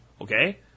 okay